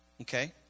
Okay